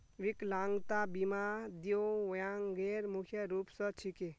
विकलांगता बीमा दिव्यांगेर मुख्य रूप स छिके